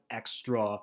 extra